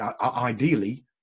ideally